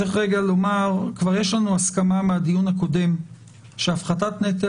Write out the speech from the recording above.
צריך לומר שיש לנו כבר הסכמה מהדיון הקודם שהפחתת נטל